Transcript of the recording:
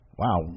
wow